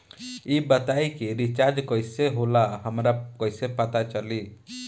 ई बताई कि रिचार्ज कइसे होला हमरा कइसे पता चली?